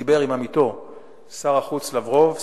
דיבר עם עמיתו שר החוץ לברוב,